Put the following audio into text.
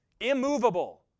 immovable